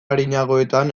arinagoetan